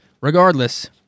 Regardless